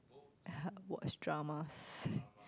watch dramas